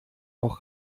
auch